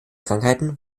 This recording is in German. krankheiten